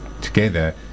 together